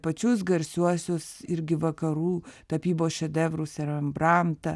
pačius garsiuosius irgi vakarų tapybos šedevrus rembrantą